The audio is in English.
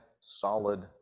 solid